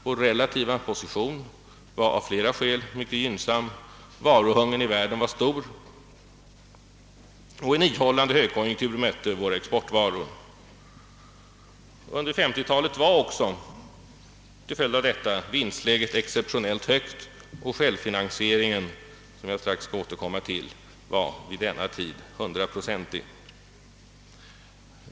Vår position var av flera skäl mycket gynnsam: varuhungern i världen var stor och en ihållande högkonjunktur mötte våra exportvaror. Under 1950-talet var också, till följd av detta, vinstläget exceptionellt högt, och självfinansieringen, som jag strax skall återkomma till, var vid denna tid hundraprocentig.